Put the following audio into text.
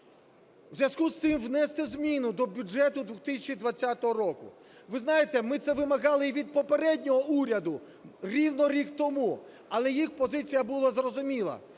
У зв'язку з цим внести зміну до бюджету 2020 року. Ви знаєте, ми це вимагали і від попереднього уряду рівно рік тому, але їх позиція була зрозуміла.